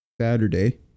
Saturday